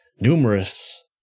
numerous